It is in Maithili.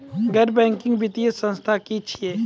गैर बैंकिंग वित्तीय संस्था की छियै?